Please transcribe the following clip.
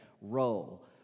role